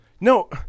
No